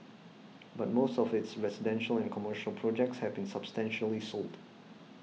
but most of its residential and commercial projects have been substantially sold